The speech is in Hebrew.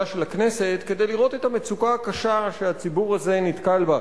של הכנסת כדי לראות את המצוקה הקשה שהציבור הזה נתקל בה.